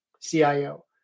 CIO